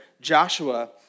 Joshua